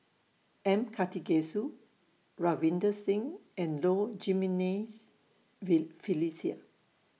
M Karthigesu Ravinder Singh and Low Jimenez V Felicia